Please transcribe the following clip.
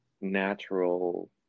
natural